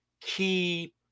key